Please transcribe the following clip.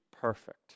perfect